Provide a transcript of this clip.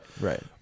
right